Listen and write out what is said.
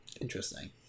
Interesting